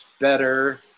better